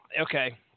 Okay